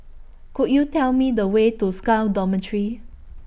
Could YOU Tell Me The Way to Scal Dormitory